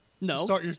No